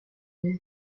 vous